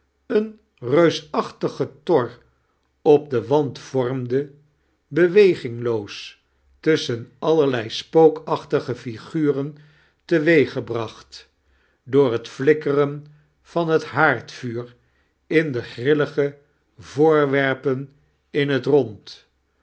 een reuisachtdgen tor op den wand vormde bewegingloos tussdhen allerlei spookacmaige figuren teweeggehnacht door het flikkeren van het haandivuur in de grillige vooirwerpen in het rond